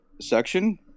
section